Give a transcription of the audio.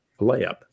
layup